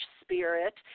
spirit